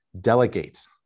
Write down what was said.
delegate